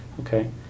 Okay